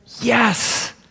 Yes